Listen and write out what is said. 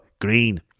green